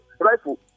rifle